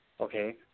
okay